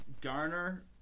Garner